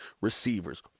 receivers